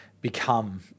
become